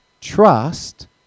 Trust